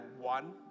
one